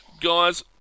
guys